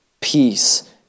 peace